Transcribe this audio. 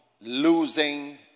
losing